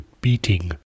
beating